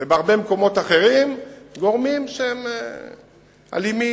ובהרבה מקומות אחרים גורמים שהם אלימים,